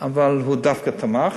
אבל הוא דווקא תמך.